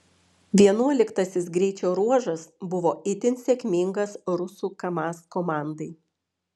vienuoliktasis greičio ruožas buvo itin sėkmingas rusų kamaz komandai